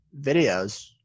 videos